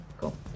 Cool